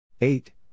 Eight